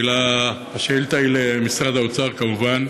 השאילתה היא למשרד האוצר, כמובן.